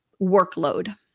workload